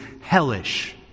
hellish